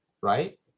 right